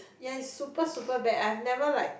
ya it's super super bad I've never like